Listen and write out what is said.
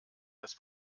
das